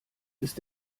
ist